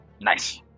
Nice